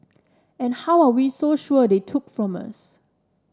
and how are we so sure they took from us